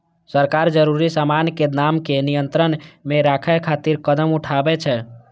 सरकार जरूरी सामान के दाम कें नियंत्रण मे राखै खातिर कदम उठाबै छै